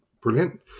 brilliant